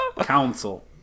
Council